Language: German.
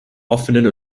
offenen